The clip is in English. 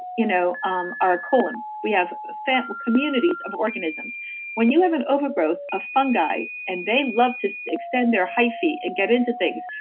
you know um our colon. we have fat communities of organisms when you have an overgrowth of fungi, and they love to extend their hyphae and get into things,